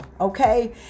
Okay